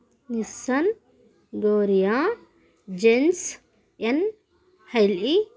Nissan Gloria Jensen హెల్లీ